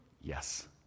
Yes